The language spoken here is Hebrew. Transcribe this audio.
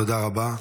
תודה רבה.